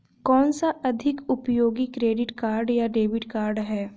कौनसा अधिक उपयोगी क्रेडिट कार्ड या डेबिट कार्ड है?